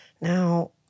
Now